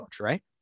right